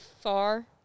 far